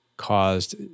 caused